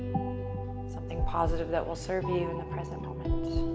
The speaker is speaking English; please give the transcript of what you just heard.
something positive that will serve you in the present moment.